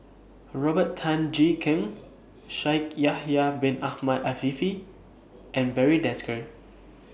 Robert Tan Jee Keng Shaikh Yahya Bin Ahmed Afifi and Barry Desker